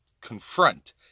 confront